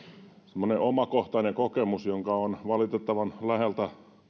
semmoinen omakohtainen kokemus tapauksesta jota olen valitettavan läheltä